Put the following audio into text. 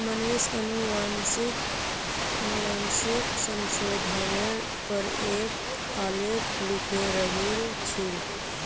मनीष अनुवांशिक संशोधनेर पर एक आलेख लिखे रहिल छील